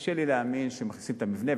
קשה לי להאמין שמכניסים את המבנה,